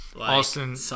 Austin